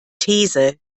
these